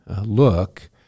look